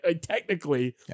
technically